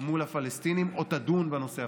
מול הפלסטינים או תדון בנושא הפלסטיני.